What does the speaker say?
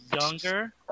younger